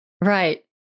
Right